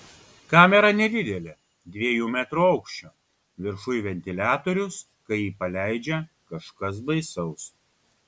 kamera nedidelė dviejų metrų aukščio viršuj ventiliatorius kai jį paleidžia kažkas baisaus